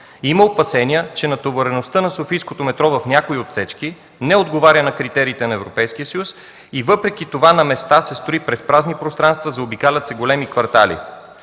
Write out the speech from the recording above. Има опасения, че натовареността на софийското метро в някои отсечки не отговаря на критериите на Европейския съюз и въпреки това на места се строи през празни пространства, заобикалят се големи квартали.